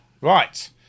Right